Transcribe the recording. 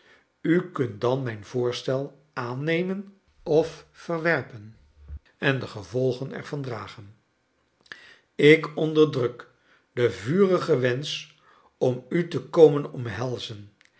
u kunt dan mijn voorstel aannemen of verwerpen en de gevolgen er van dragen ik onderdruk den vurigen wensch o i u te komen omhelzen